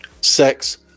sex